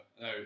No